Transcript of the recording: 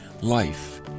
life